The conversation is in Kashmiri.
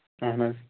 اَہن حظ